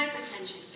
hypertension